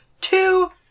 two